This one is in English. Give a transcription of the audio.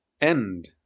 end